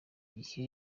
gihe